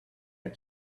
had